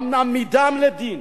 גם נעמידם לדין,